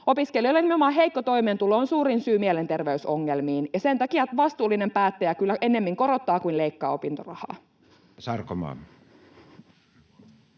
Opiskelijoilla nimenomaan heikko toimeentulo on suurin syy mielenter-veysongelmiin, ja sen takia vastuullinen päättäjä kyllä ennemmin korottaa kuin leikkaa opintorahaa. Edustaja